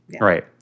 right